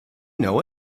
know